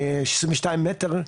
22 מטר,